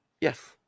Yes